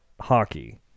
Hockey